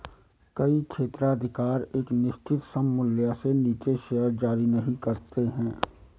कई क्षेत्राधिकार एक निश्चित सममूल्य से नीचे शेयर जारी नहीं करते हैं